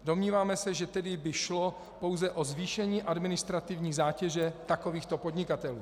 Domníváme se, že tedy by šlo pouze o zvýšení administrativní zátěže takovýchto podnikatelů.